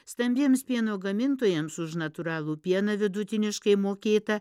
stambiems pieno gamintojams už natūralų pieną vidutiniškai mokėta